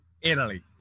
Italy